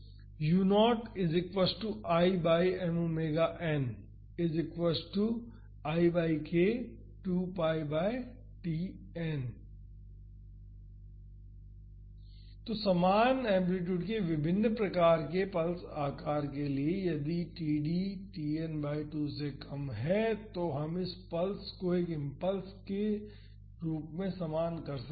तो समान एम्पलीटूड के विभिन्न प्रकार के पल्स आकार के लिए यदि यह td Tn बाई 2 से कम है तो हम इस पल्स को एक इम्पल्स के रूप में समान कर सकते हैं